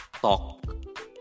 Talk